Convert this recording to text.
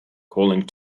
calling